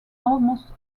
almost